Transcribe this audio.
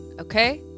Okay